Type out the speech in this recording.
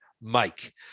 Mike